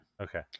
Okay